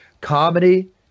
Comedy